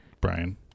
Brian